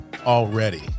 already